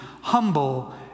humble